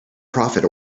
profit